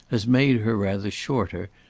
has made her rather shorter,